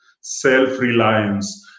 self-reliance